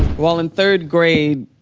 well, in third grade,